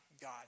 God